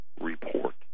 report